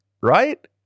right